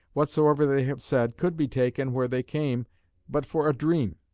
whatsoever they have said could be taken where they came but for a dream.